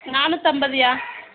நானூற்றம்பதுய்யா